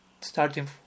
starting